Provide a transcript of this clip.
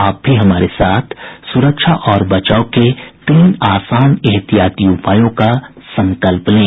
आप भी हमारे साथ सुरक्षा और बचाव के तीन आसान एहतियाती उपायों का संकल्प लें